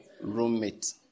roommate